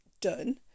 done